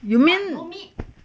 you mean